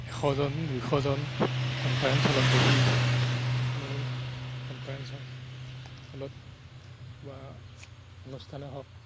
এশ জন দুশ জন কনফাৰেঞ্চ হলত বহি একলগ কনফাৰেঞ্চ হল হলত বা অন্য স্থানে হওক